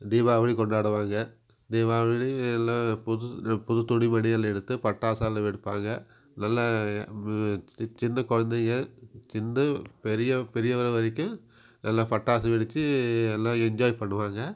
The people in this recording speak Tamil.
தீபாவளி கொண்டாடுவாங்க தீபாவளி எல்லாம் புது ட்ரெ புது துணி மணிகள் எடுத்து பட்டாசெல்லாம் வெடிப்பாங்க நல்ல சின்ன குழந்தைங்க சின்ன பெரிய பெரியவங்கள் வரைக்கும் எல்லா பட்டாசு வெடிச்சு எல்லா என்ஜாய் பண்ணுவாங்க